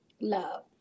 love